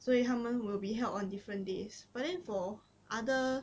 所以他们 will be held on different days but then for other